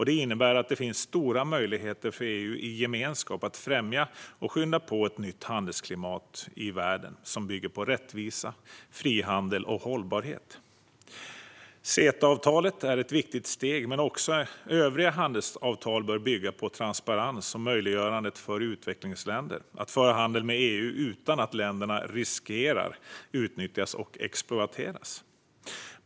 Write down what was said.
Det innebär att det finns stora möjligheter för EU i gemenskap att främja och skynda på ett nytt handelsklimat i världen som bygger på rättvisa, frihandel och hållbarhet. CETA-avtalet är ett viktigt steg, men också övriga handelsavtal bör bygga på transparens och möjliggörande för utvecklingsländer att föra handel med EU utan att länderna riskerar utnyttjas och exploateras.